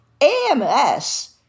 AMS